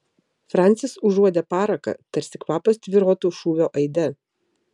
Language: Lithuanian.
francis užuodė paraką tarsi kvapas tvyrotų šūvio aide